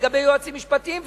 לגבי יועצים משפטיים,